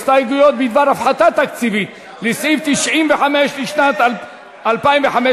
הסתייגויות בדבר הפחתה תקציבית לסעיף 95 לשנת 2015,